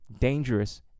dangerous